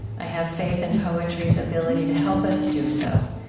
i have faith in poetry's ability to help us do so,